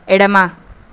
ఎడమ